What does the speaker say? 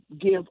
give